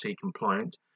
compliant